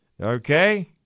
Okay